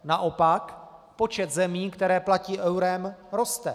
Naopak počet zemí, které platí eurem, roste.